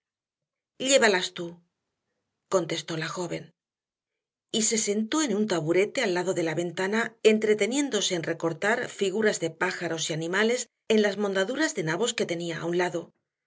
a la cocina llévalas tú contestó la joven y se sentó en un taburete al lado de la ventana entreteniéndose en recortar figuras de pájaros y animales en las mondaduras de nabos que tenía a un lado